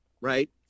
right